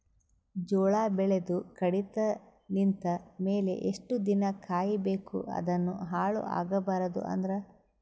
ಜೋಳ ಬೆಳೆದು ಕಡಿತ ನಿಂತ ಮೇಲೆ ಎಷ್ಟು ದಿನ ಕಾಯಿ ಬೇಕು ಅದನ್ನು ಹಾಳು ಆಗಬಾರದು ಅಂದ್ರ?